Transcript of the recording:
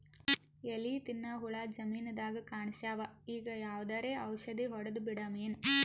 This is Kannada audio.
ಎಲಿ ತಿನ್ನ ಹುಳ ಜಮೀನದಾಗ ಕಾಣಸ್ಯಾವ, ಈಗ ಯಾವದರೆ ಔಷಧಿ ಹೋಡದಬಿಡಮೇನ?